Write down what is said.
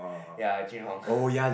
yea Jing Hong